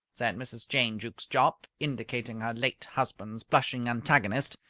said mrs. jane jukes jopp, indicating her late husband's blushing antagonist,